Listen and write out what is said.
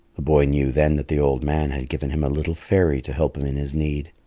the boy knew then that the old man had given him a little fairy to help him in his need.